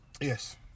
Yes